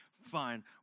fine